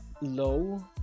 low